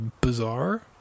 bizarre